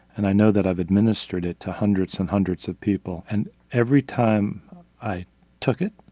and i know that i've administered it to hundreds and hundreds of people, and every time i took it,